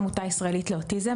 עמותה ישראלי לאוטיזם.